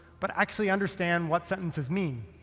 but actually understand what sentences mean.